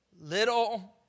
little